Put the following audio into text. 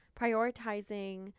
prioritizing